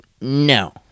no